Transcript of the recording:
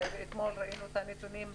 ואתמול ראינו את הנתונים הקשים,